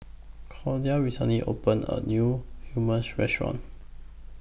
Claudia recently opened A New Hummus Restaurant